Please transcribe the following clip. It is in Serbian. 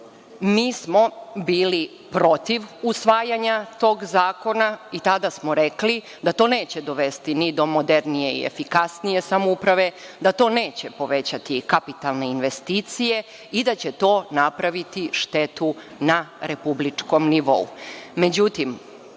Mi smo bili protiv usvajanja tog zakona i tada smo rekli da to neće dovesti ni do modernije i efikasnije samouprave, da to neće povećati kapitalne investicije i da će to napraviti štetu na republičkom nivou.